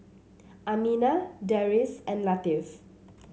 Aminah Deris and Latif